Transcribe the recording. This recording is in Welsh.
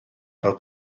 fel